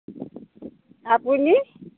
আপুনি